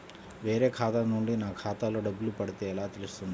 వేరే ఖాతా నుండి నా ఖాతాలో డబ్బులు పడితే ఎలా తెలుస్తుంది?